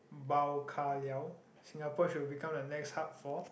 Bao Ka Liao Singapore should become the next hub for